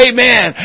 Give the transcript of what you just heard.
Amen